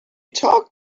talk